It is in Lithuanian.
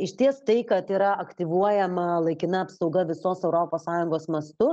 išties tai kad yra aktyvuojama laikina apsauga visos europos sąjungos mastu